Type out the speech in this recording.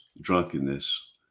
drunkenness